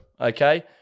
okay